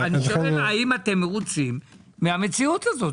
האם אתם מרוצים מהמציאות הזו?